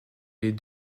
les